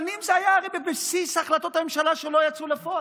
הרי שנים זה היה בבסיס החלטות הממשלה שלא יצאו לפועל,